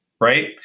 Right